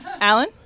Alan